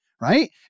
right